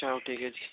ଆଚ୍ଛା ହଉ ଠିକ୍ ଅଛି